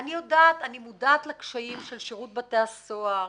אני מודעת לקשיים של שירות בתי הסוהר,